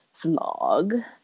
vlog